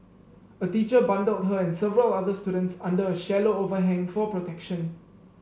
a teacher bundled her and several other students under a shallow overhang for protection